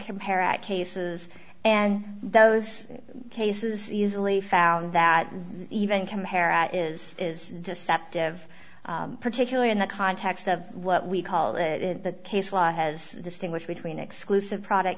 compare at cases and those cases easily found that even compare at is is deceptive particularly in the context of what we call it in the case law has distinguish between exclusive product